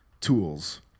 tools